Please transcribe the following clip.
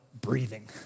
breathing